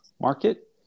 market